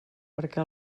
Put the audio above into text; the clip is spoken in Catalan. perquè